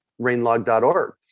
rainlog.org